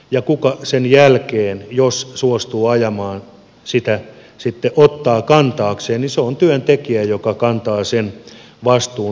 ja kuka sen jälkeen jos suostuu ajamaan sitä sitten ottaa kantaakseen niin se on työntekijä joka kantaa sen vastuun tästä leikkauksesta